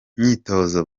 myitozo